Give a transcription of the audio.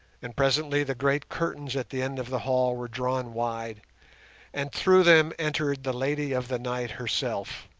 and presently the great curtains at the end of the hall were drawn wide and through them entered the lady of the night herself.